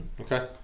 Okay